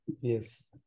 yes